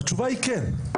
והתשובה היא כן,